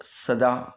सदा